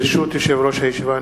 ברשות יושב-ראש הישיבה,